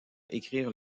écrire